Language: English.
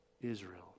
Israel